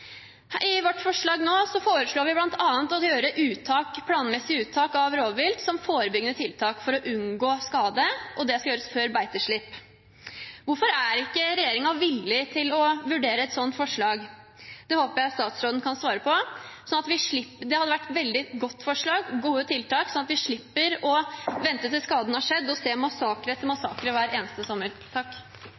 vårt forslag foreslår vi bl.a. å gjøre planmessige uttak av rovvilt som et forebyggende tiltak for å unngå skade, og det skal gjøres før beiteslipp. Hvorfor er ikke regjeringen villig til å vurdere et slikt forslag? Det håper jeg statsråden kan svare på. Det er et veldig godt forslag og gode tiltak, som gjør at vi slipper å vente til skaden har skjedd og må se